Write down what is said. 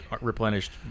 replenished